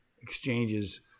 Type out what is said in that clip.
exchanges